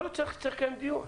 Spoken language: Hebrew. יכול להיות שצריך לקיים דיון.